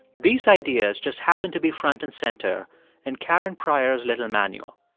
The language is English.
these ideas just happened to be front and center in karen pryor's little manual.